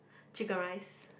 Chicken Rice